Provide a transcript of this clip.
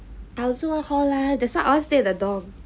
I also want hall life that's why I want to stay at the dorm